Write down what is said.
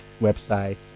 website